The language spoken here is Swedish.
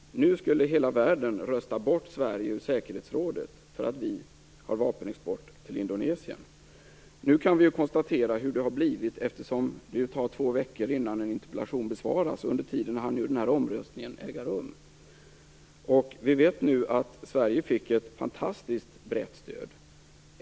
Nu skulle hela världen rösta bort Sverige i säkerhetsrådet; detta därför att vi har vapenexport till Indonesien. Vi kan nu konstatera hur det blivit. Det tar ju två veckor innan en interpellation besvaras. Under den tiden hann omröstningen äga rum. Vi vet nu att Sverige fick ett fantastiskt brett stöd.